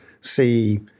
see